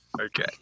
Okay